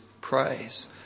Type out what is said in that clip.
praise